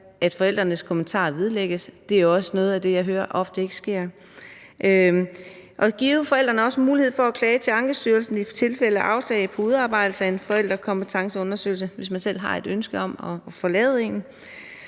at forældrenes kommentarer vedlægges; det er også noget af det, jeg ofte hører ikke sker. Vi skal også give forældrene mulighed for at klage til Ankestyrelsen i tilfælde af afslag på udarbejdelse af en forældrekompetenceundersøgelse, hvis de selv har et ønske om at få lavet en.